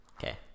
Okay